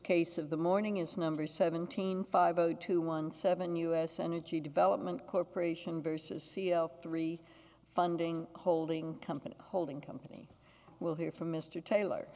case of the morning is number seventeen five o two one seven u s energy development corporation versus c e o three funding holding company holding company will hear from mr taylor